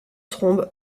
trombe